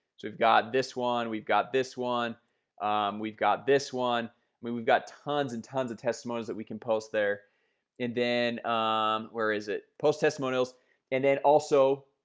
we've got this one. we've got this one we've got this one. i mean we've got tons and tons of testimonies that we can post there and then um where is it post testimonials and then also?